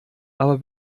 aber